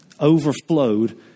overflowed